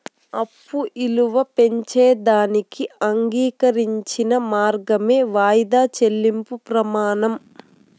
అప్పు ఇలువ పెంచేదానికి అంగీకరించిన మార్గమే వాయిదా చెల్లింపు ప్రమానం